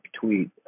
tweet